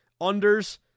unders